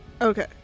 Okay